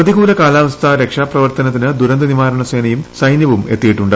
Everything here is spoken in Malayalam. പ്രതികൂല കാലാവസ്ഥ രക്ഷാപ്രവർത്തനത്തിന് ദൂരന്ത നിവാരണ സേനയും സൈന്യവും എത്തിയിട്ടുണ്ട്